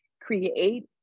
Create